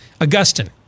Augustine